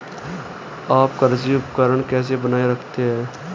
आप कृषि उपकरण कैसे बनाए रखते हैं?